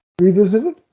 revisited